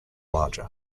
larger